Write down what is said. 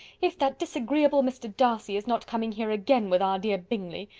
if that disagreeable mr. darcy is not coming here again with our dear bingley!